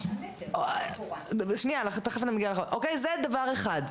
זה דבר אחד.